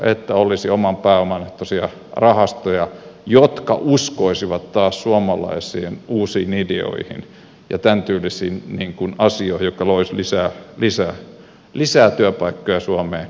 että olisi oman pääoman ehtoisia rahastoja jotka uskoisivat taas suomalaisiin uusiin ideoihin ja tämän tyylisiin asioihin jotka loisivat lisää työpaikkoja suomeen